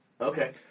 Okay